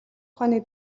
ухааны